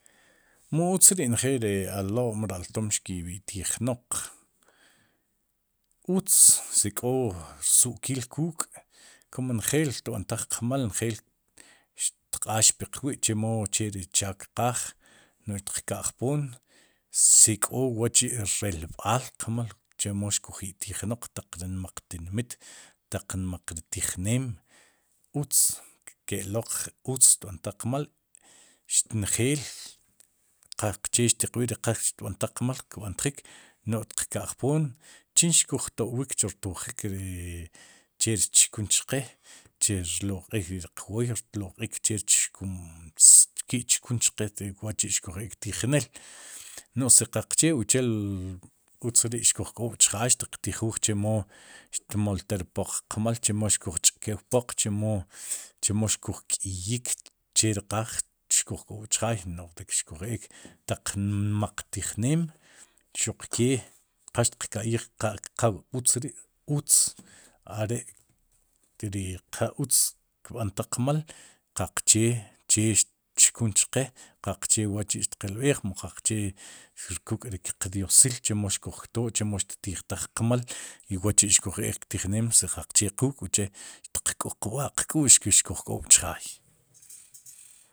Mu utz ri'njeel ri alo'n ri altom xkib'itijnooq. utz si k'o rsu'kiil k'uuk' kum njeel xtb'antaj qmal njel xtq'aax puq wi', chemo chi ri chaak qaaj, mu xtka'jpoom si k'o wa'chi'reelb'aal qmaal chemo xkoj itijnaq taq ri nmaq tinmit, taq nmaq tiijneem utz ke'loq utz tb'antaj qmal, xtnjeel qaqchee xtiqb'iij ri qal xtb'antaj qmal kb'antjik no'j tiqka'jpoom chin xkuj to'wiik, chu rtojik ri che ri xtchkun chqe, chi rloq'iik riq wooy, i rloq'iik che ri xki chkuns, che xki'chuknik chqe wa'chi'xkuj eek tiijneel no'j si qaqchee uchel uzt ri'xkuj k'oob'chjaay xtiq tijuuk chemo xtmoltaj ri pooq qmal chemo xkuj ch'keq poq chemo xkuj k'iyik cheri qaaj xkuj k'ob'chjaay nu'j xkuj eek taq nmaq tiijneem xuqke qax tiqka'yij qal, qa utz ri'utz are ri qa utz kxtb'antaj qmal qaqche che xtchkun chqe qaqche wachi'xtiqqelb'ej mu qaqchee k'uk'riq diosil chemo xkuj ktoo'chemo xtijtaj qmaal, i wachi'xkuj eek ptiij neem si qaqchee quuk'uche'xtiq xtiqk'ub'a qk'u'x ki xkuj kix kuj k'oob'chjaay.